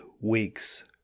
weeks